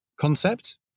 concept